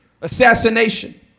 assassination